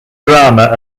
drama